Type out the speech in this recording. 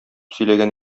сөйләгән